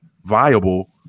viable